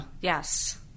Yes